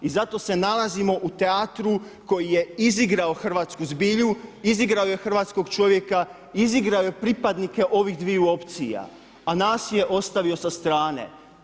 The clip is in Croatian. I zato se nalazimo u teatru koji je izigrao hrvatsku zbilju, izigrao je hrvatskog čovjeka, izigrao je pripadnike ovih dviju opcija a nas je ostavio sa strane.